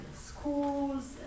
schools